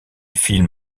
film